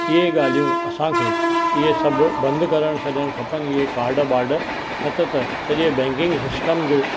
इहे ॻाल्हियूं असांखे इहे सभु बंदि करे छॾणु खपनि इहे काड बाड न त त सॼे बैंकिंग सिस्टम जो